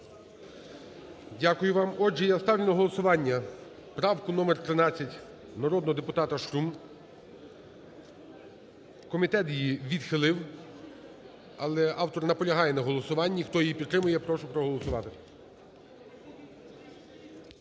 Дякую вам. Отже, я ставлю на голосування правку номер 13 народного депутата Шкрум. Комітет її відхилив. Але автор наполягає на голосуванні. Хто її підтримує, прошу проголосувати.